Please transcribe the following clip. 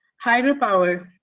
hydro power.